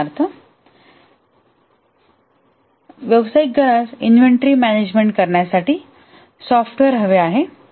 उदाहरणार्थ व्यावसायिक घरास इन्व्हेंटरी मॅनेजमेंट करण्यासाठी सॉफ्टवेअर हवे आहे